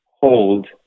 hold